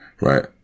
right